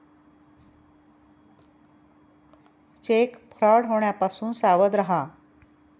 check fraud होण्यापासून सावध रहा